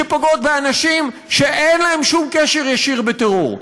שפוגעות באנשים שאין להם שום קשר ישיר לטרור,